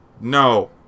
No